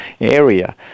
area